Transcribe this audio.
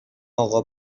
آقا